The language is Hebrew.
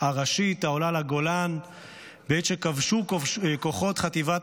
הראשית העולה לגולן בעת שכבשו כוחות חטיבת